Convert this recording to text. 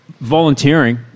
volunteering